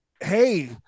hey